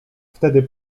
wtedy